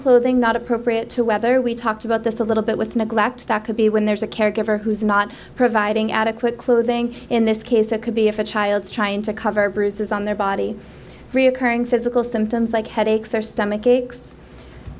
clothing not appropriate to whether we talked about this a little bit with neglect that could be when there's a caregiver who is not providing adequate clothing in this case it could be if a child is trying to cover bruises on their body reoccurring physical symptoms like headaches or stomach aches